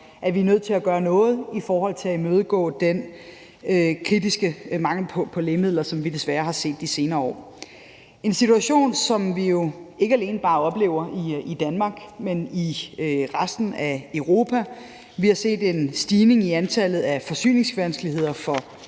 at vi er nødt til at gøre noget i forhold til at imødegå den kritiske mangel på lægemidler, som vi desværre har set de senere år. Det er en situation, som vi jo ikke alene oplever i Danmark, men i resten af Europa. Vi har set en stigning i antallet af forsyningsvanskeligheder for